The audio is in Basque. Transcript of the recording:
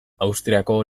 austriako